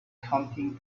counting